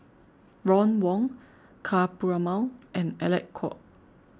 Ron Wong Ka Perumal and Alec Kuok